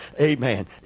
amen